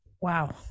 Wow